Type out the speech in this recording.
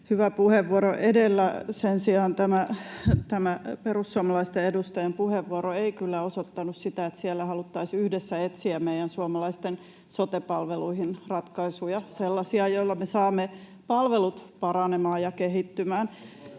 Hyvä puheenvuoro edellä. Sen sijaan tämä perussuomalaisten edustajan puheenvuoro ei kyllä osoittanut sitä, että siellä haluttaisiin yhdessä etsiä meidän suomalaisten sote-palveluihin ratkaisuja, sellaisia, joilla me saamme palvelut paranemaan ja kehittymään.